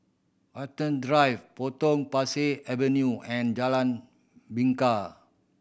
Watten Drive Potong Pasir Avenue and Jalan Bingka